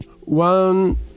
one